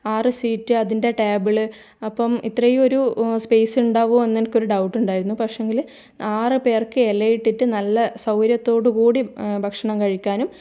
ആറ് സീറ്റ് അതിൻ്റെ ടേബിൾ അപ്പം ഇത്രയും ഒരു സ്പേസ് ഉണ്ടാകുമോ എന്ന് എനിക്കൊരു ഡൗട്ടുണ്ടായിരുന്നു പക്ഷെയെങ്കിൽ ആറു പേർക്ക് ഇലയിട്ടിട്ട് നല്ല സൗകര്യത്തോടുകൂടിയും ഭക്ഷണം കഴിക്കാനും